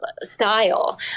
style